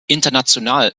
international